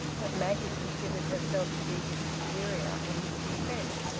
but maggie considered herself to be his superior in this respect.